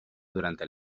durante